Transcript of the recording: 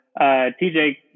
TJ